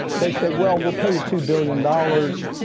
they say, well, we'll pay you two billion dollars.